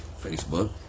Facebook